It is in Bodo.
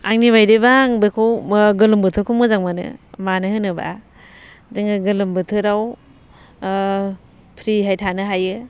आंनि बायदिबा आं बेखौ गोलोम बोथोरखौ मोजां मोनो मानो होनोबा जोङो गोलोम बोथोराव फ्रिहाय थानो हायो